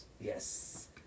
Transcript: Yes